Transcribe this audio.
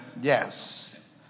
Yes